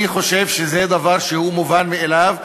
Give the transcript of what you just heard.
אני חושב שזה דבר שהוא מובן מאליו,